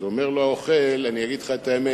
אומר לו האוכל: אני אגיד לך את האמת,